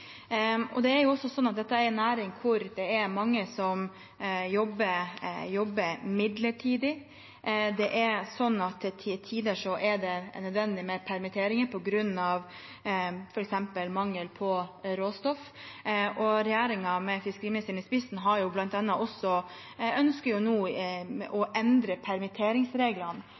næring hvor det er mange som jobber midlertidig. Til tider er det nødvendig med permitteringer på grunn av f.eks. mangel på råstoff. Regjeringen, med fiskeriministeren i spissen, ønsker bl.a. nå å endre permitteringsreglene